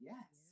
Yes